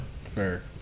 fair